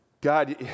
God